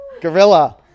Gorilla